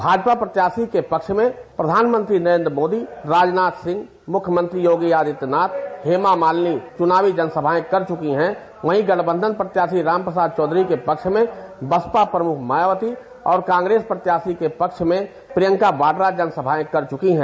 भाजपा प्रत्याशी के पक्ष में प्रधानमंत्री नरेन्द्र मोदी राजनाथ सिंह मुख्यमंत्री योगी आदित्यनाथ हेमामालिनी चुनावी जनसभाएं कर चुकी हैं वहीं गठबंधन प्रत्याशी राम प्रसाद चौधरी के पक्ष में बसपा प्रमुख मायावती और कांग्रेस प्रत्याशी के पक्ष में प्रियंका वाड्रा जनसभाएं कर चुकी है